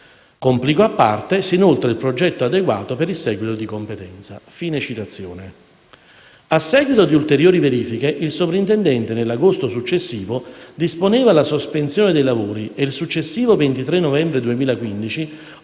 «Con plico a parte si inoltra il progetto adeguato per il seguito di competenza». Fine della citazione.